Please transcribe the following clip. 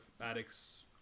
addicts